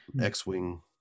X-Wing